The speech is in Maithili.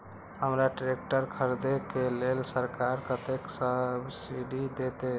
हमरा ट्रैक्टर खरदे के लेल सरकार कतेक सब्सीडी देते?